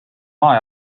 maa